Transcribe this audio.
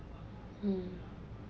mm